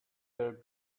have